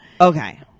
Okay